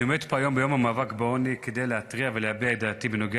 אני עומד פה היום ביום המאבק בעוני כדי להתריע ולהביע את דעתי בנוגע